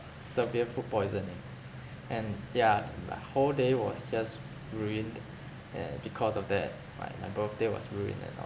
severe food poisoning and yeah like whole day was just ruined and because of that my my birthday was ruined and all